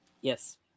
yes